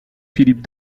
philippe